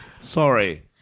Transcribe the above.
Sorry